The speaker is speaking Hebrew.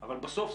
אבל בסוף,